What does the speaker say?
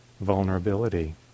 vulnerability